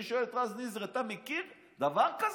אני שואל את רז נזרי: אתה מכיר דבר כזה?